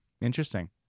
Interesting